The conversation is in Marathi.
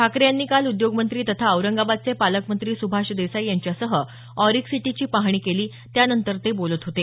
ठाकरे यांनी काल उद्योगमंत्री तथा औरंगाबादचे पालकमंत्री सुभाष देसाई यांच्यासह ऑरिक सिटीची पाहणी केली त्यानंतर ते बोलत होते